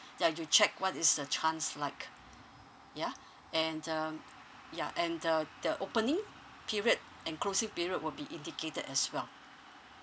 ya you check what is the chance like yeah and um ya and the the opening period and closing period will be indicated as well